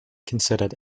considered